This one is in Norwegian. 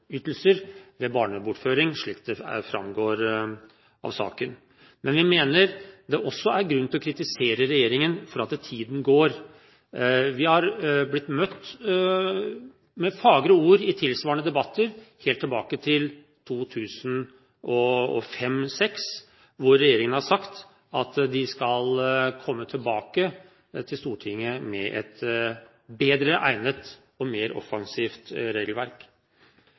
ved barnebortføring, slik det framgår av saken. Vi mener det også er grunn til å kritisere regjeringen for at tiden går. Vi har blitt møtt med fagre ord i tilsvarende debatter helt tilbake til 2005–2006, hvor regjeringen har sagt at de skal komme tilbake til Stortinget med et bedre egnet og mer offensivt regelverk.